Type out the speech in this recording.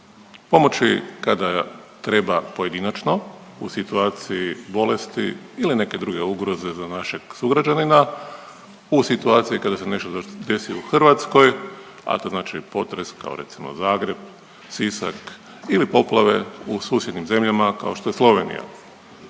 Pomoći kada treba pojedinačno u situaciji bolesti ili neke druge ugroze za našeg sugrađanina, u situaciji kada se nešto desi u Hrvatskoj, a to znači potres, kao recimo, Zagreb, Sisak ili poplave u susjednim zemljama, kao što je Slovenija.